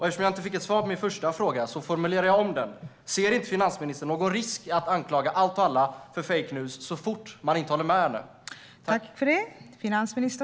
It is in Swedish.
Eftersom jag inte fick något svar på min första fråga formulerar jag om den: Ser inte finansministern någon risk med att anklaga allt och alla för fake news, så fort man inte håller med?